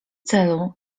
celu